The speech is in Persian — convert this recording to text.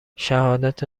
شهادت